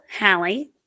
Hallie